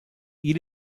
elle